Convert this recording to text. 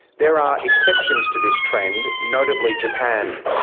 there are exceptions to this trend, notably japan,